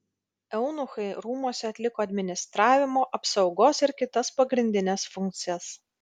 eunuchai rūmuose atliko administravimo apsaugos ir kitas pagrindines funkcijas